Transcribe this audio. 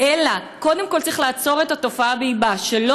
אלא קודם כול צריך לעצור את התופעה בעודה באבה,